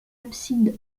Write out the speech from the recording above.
abside